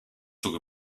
took